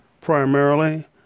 primarily